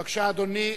בבקשה, אדוני.